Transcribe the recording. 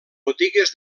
botigues